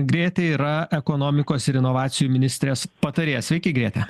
grėtė yra ekonomikos ir inovacijų ministrės patarėja sveiki grėtė